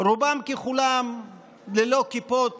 רובם ככולם ללא כיפות